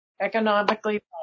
economically